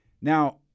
Now